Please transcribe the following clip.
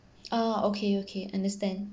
ah okay okay understand